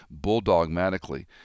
bulldogmatically